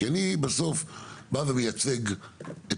כי אני בסוף בא ומייצג את